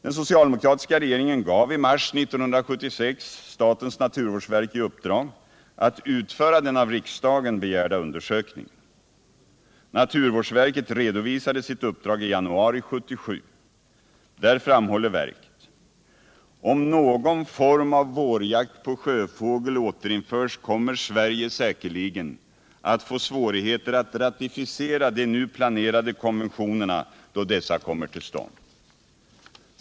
Den socialdemokratiska regeringen gav i mars 1976 statens naturvårdsverk i uppdrag att utföra den av riksdagen begärda undersökningen. Naturvårdsverket redovisade sitt uppdrag i januari 1977. Där framhåller verket: Om någon form av vårjakt på sjöfågel återinförs kommer Sverige säkerligen att få svårigheter att ratificera de nu planerade konventionerna då dessa kommer till stånd.